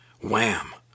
Wham